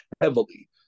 heavily